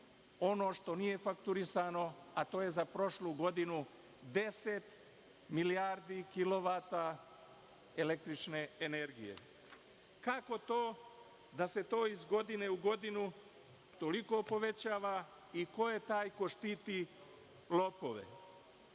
ono što nije fakturisano, a to je za prošlu godinu deset milijardi kilovata električne energije. Kako to da se to iz godine u godinu toliko povećava i ko je taj ko štiti lopove? Ovde